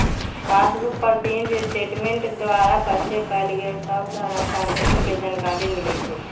passbook पर print statement द्वारा पहिले कएल गेल सभ धन स्थानान्तरण के जानकारी मिलइ छइ